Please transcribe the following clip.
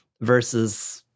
versus